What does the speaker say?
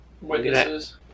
Witnesses